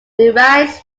derives